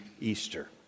Easter